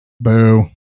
Boo